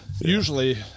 usually